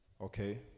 Okay